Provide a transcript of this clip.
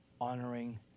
honoring